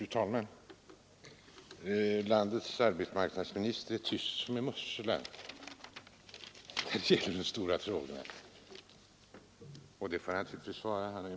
Fru talman! Landets arbetsmarknadsminister är tyst som en mussla när det gäller de stora frågorna, och det får han naturligtvis vara.